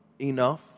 enough